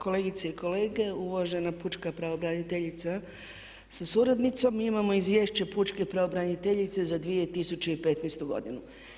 Kolegice i kolege, uvažena pučka pravobraniteljice sa suradnicom mi imao Izvješće pučke pravobraniteljice za 2015. godinu.